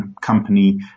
company